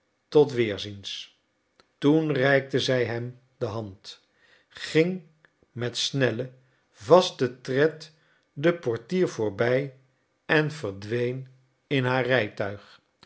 tot weerziens toen reikte zij hem de hand ging met snellen vasten tred den portier voorbij en verdween in haar rijtuig